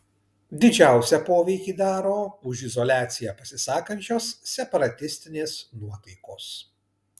didžiausią poveikį daro už izoliaciją pasisakančios separatistinės nuotaikos